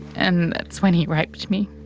and when he raped me.